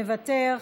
מוותר,